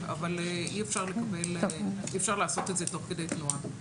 אבל אי אפשר לעשות את זה תוך כדי תנועה.